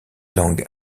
langues